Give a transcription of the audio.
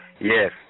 Yes